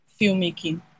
filmmaking